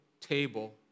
table